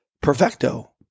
Perfecto